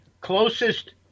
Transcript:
closest